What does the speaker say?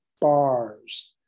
bars